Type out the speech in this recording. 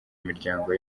imiryango